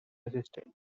assistance